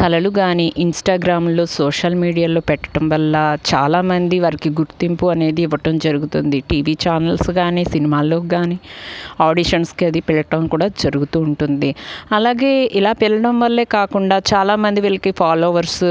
కళలు గానీ ఇంస్టాగ్రామ్లో సోషల్ మీడియాల్లో పెట్టడం వల్ల చాలామంది వారికి గుర్తింపు అనేది ఇవ్వడం జరుగుతుంది టీవీ ఛానల్స్ గానీ సినిమాల్లో గానీ ఆడిషన్స్కి అది పెట్టడం కూడా జరుగుతూ ఉంటుంది అలాగే ఇలా పిలడం వల్లే కాకుండా చాలామంది వీళ్ళకి ఫాలోవర్స్